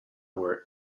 were